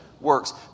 works